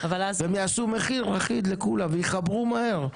והם יעשו מחיר אחיד לכולם ויחברו מהר.